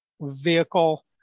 vehicle